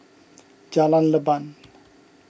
Jalan Leban